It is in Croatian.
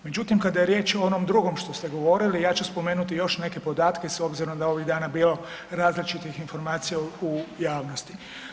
Međutim, kada je riječ o onom drugom što ste govorili ja ću spomenuti još neke podatke s obzirom da je ovih dana bilo različitih informacija u javnosti.